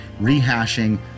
rehashing